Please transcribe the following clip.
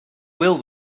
will